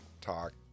talk